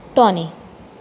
Tony